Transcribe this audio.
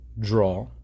draw